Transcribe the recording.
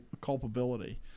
culpability